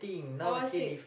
I was sick